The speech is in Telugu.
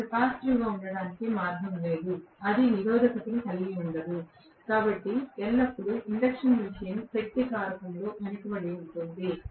ఇది కెపాసిటివ్గా ఉండటానికి మార్గం లేదు అది నిరోధకతను కలిగి ఉండదు కాబట్టి ఎల్లప్పుడూ ఇండక్షన్ మెషీన్ శక్తి కారకంలో వెనుకబడి ఉంటుంది